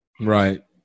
Right